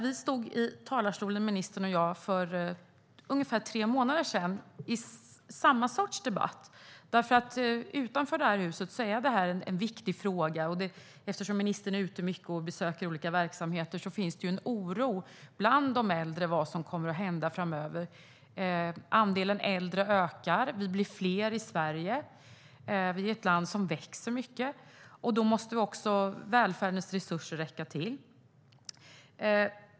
Vi stod i talarstolarna, ministern och jag, i samma sorts debatt för ungefär tre månader sedan. Utanför det här huset är detta nämligen en viktig fråga, och eftersom ministern är ute mycket och besöker olika verksamheter finns det en oro bland de äldre för vad som kommer att hända framöver. Andelen äldre ökar, och vi blir fler i Sverige. Vi är ett land som växer mycket, och då måste också välfärdens resurser räcka till.